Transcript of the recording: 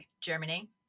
Germany